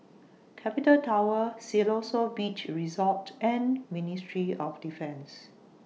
Capital Tower Siloso Beach Resort and Ministry of Defence